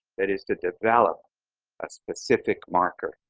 that is to develop a specific marker